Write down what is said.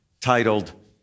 titled